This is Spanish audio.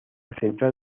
central